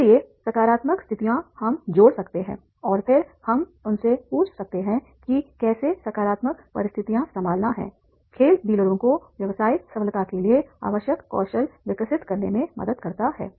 इसलिए सकारात्मक स्थितियां हम जोड़ सकते हैं और फिर हम उनसे पूछ सकते हैं कि कैसे सकारात्मक परिस्थितियां संभालना है खेल डीलरों को व्यावसायिक सफलता के लिए आवश्यक कौशल विकसित करने में मदद करता है